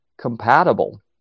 compatible